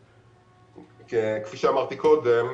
כמו שאמרתי קודם,